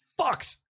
fucks